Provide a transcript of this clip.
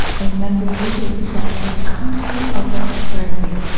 i remember reading that the country of australia,